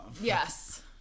yes